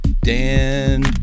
Dan